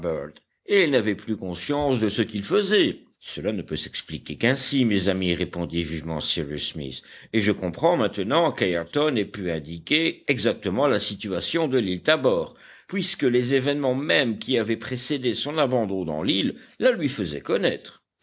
et il n'avait plus conscience de ce qu'il faisait cela ne peut s'expliquer qu'ainsi mes amis répondit vivement cyrus smith et je comprends maintenant qu'ayrton ait pu indiquer exactement la situation de l'île tabor puisque les événements même qui avaient précédé son abandon dans l'île la lui faisaient connaître